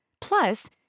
Plus